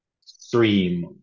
stream